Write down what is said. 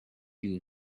you